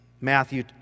Matthew